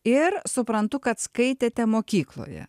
ir suprantu kad skaitėte mokykloje